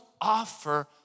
offer